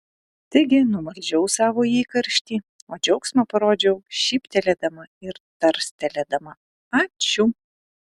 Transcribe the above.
taigi numaldžiau savo įkarštį o džiaugsmą parodžiau šyptelėdama ir tarstelėdama ačiū